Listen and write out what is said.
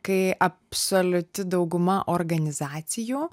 kai absoliuti dauguma organizacijų